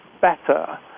better